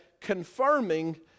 confirming